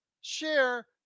share